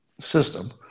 system